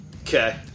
Okay